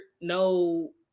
no